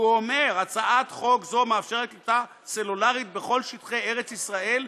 והוא אומר: הצעת חוק זו מאפשרת קליטה סלולרית בכל שטחי ארץ ישראל,